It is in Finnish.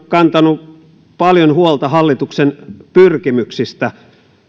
kantanut paljon huolta hallituksen pyrkimyksistä